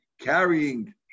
carrying